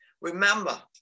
Remember